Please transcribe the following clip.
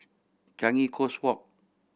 Changi Coast Walk